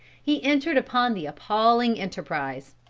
he entered upon the appalling enterprise.